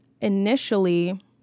initially